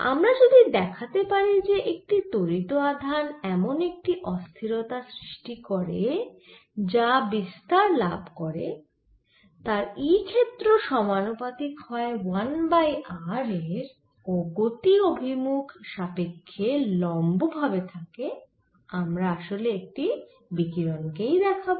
আমরা যদি দেখাতে পারি যে একটি ত্বরিত আধান এমন একটি অস্থিরতা সৃষ্টি করে যা বিস্তার লাভ করে তার E ক্ষেত্র সমানুপাতিক হয় 1 বাই r এর ও গতির অভিমুখ সাপেক্ষ্যে লম্ব ভাবে থাকে আমরা আসলে একটি বিকিরণ কেই দেখাব